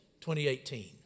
2018